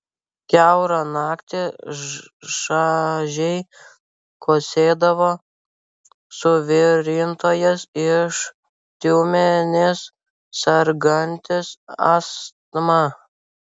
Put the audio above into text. kiaurą naktį šaižiai kosėdavo suvirintojas iš tiumenės sergantis astma